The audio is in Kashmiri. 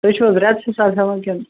تُہی چھُو حظ رٮ۪تہٕ حِساب ہٮ۪وان کِنہٕ